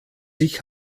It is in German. sich